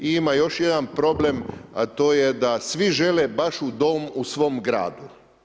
I ima još jedan problem, a to je da svi žele baš u dom u svom gradu.